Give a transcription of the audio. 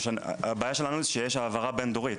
הבעיה שלנו זה שיש העברה בין-דורית.